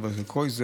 חבר הכנסת קרויזר,